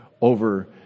over